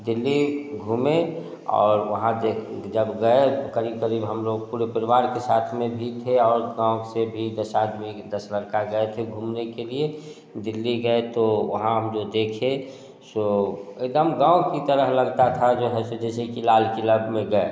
दिल्ली घूमें और वहाँ जे जब गए कभी कभी हम लोग पूरे परिवार के साथ में भी थे और गाँव से भी दस आदमी दस लड़का गए थे घूमने के लिए दिल्ली गए तो वहाँ हम जो देखे सो एकदम गाँव कि तरह लगता था जो है जैसे कि लाल किला में गए